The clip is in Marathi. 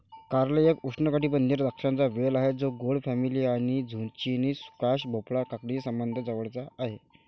कारले एक उष्णकटिबंधीय द्राक्षांचा वेल आहे जो गोड फॅमिली आणि झुचिनी, स्क्वॅश, भोपळा, काकडीशी जवळचा संबंध आहे